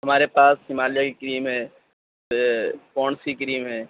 ہمارے پاس ہمالیہ کی کریم ہے پونڈس کی کریم ہے